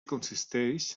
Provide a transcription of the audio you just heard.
consisteix